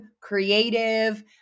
creative